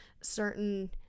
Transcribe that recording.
certain